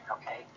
okay